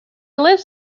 lives